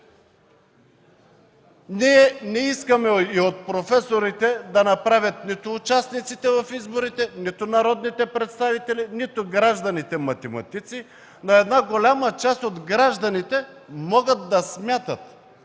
Ние не искаме и от професорите да направят нито участниците в изборите, нито народните представители, нито гражданите математици, но една голяма част от гражданите могат да смятат